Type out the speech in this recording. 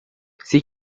sie